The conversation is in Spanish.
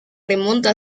remonta